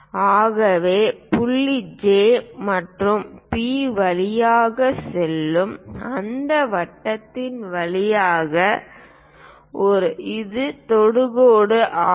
ஆகவே புள்ளி J மற்றும் P வழியாக செல்லும் அந்த வட்டத்தின் வழியாக இது தொடுகோடு ஆகும்